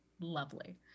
lovely